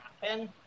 happen